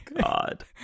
God